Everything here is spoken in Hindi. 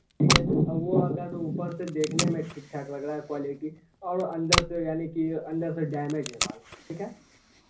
ठीक है वह अगर ऊपर से देखने में ठीक ठाक लग रहा है क्वॉलिटी और अंदर से यानी की अंदर से डैमेज है माल ठीक है